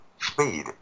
speed